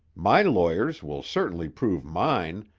my lawyers will certainly prove mine,